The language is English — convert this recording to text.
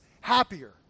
happier